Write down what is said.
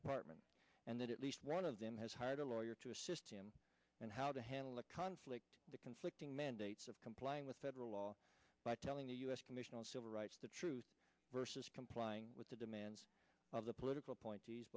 department and that at least one of them has hired a lawyer to assist him and how to handle the conflict the conflicting mandates of complying with federal law by telling the u s commission on civil rights the truth versus complying with the demands of the political appointees